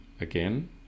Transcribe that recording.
again